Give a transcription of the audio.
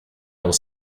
was